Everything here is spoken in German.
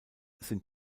sind